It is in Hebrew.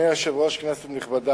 אם כך,